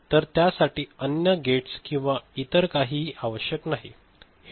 तर त्यासाठी अन्य गेट्स किंवा इतर काहीही आवश्यक नाही हे ठीक आहे का